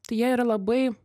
tai jie yra labai